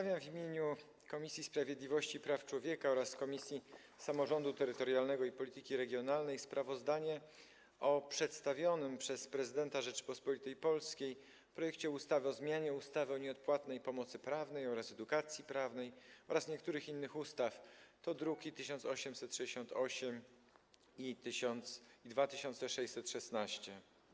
W imieniu Komisji Sprawiedliwości i Praw Człowieka oraz Komisji Samorządu Terytorialnego i Polityki Regionalnej przedstawiam sprawozdanie o przedstawionym przez prezydenta Rzeczypospolitej Polskiej projekcie ustawy o zmianie ustawy o nieodpłatnej pomocy prawnej oraz edukacji prawnej oraz niektórych innych ustaw, druki nr 1868 i 2616.